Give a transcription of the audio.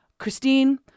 Christine